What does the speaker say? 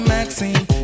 Maxine